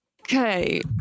Okay